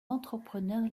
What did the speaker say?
entrepreneur